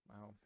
wow